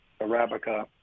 Arabica